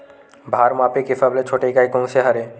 भार मापे के सबले छोटे इकाई कोन सा हरे?